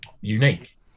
Unique